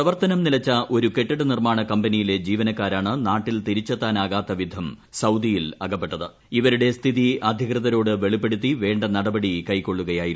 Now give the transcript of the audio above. പ്രവർത്തനം നിലച്ച ഒരു കെട്ടിട നിർമ്മാണ കമ്പനിയിലെ ജീവനക്കാരാണ് നാട്ടിൽ തിരിച്ചെത്താനാകാത്ത വിധം സൌദിയിൽ അകപ്പെട്ടുപോയത് ഇവരുടെ സ്ഥിതി അധികൃതരോട് വെളിപ്പെടുത്തി വേണ്ട നടപടി കൈക്കൊള്ളുകയായിരുന്നു